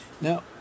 Now